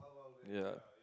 yeah